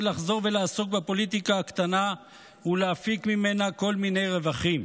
לחזור ולעסוק בפוליטיקה הקטנה ולהפיק ממנה כל מיני רווחים,